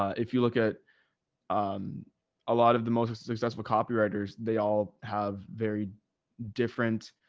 if you look at um a lot of the most successful copywriters, they all have very different